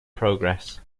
progress